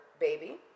baby